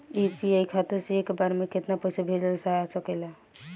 UPI खाता से एक बार म केतना पईसा भेजल जा सकेला?